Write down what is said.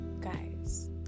guys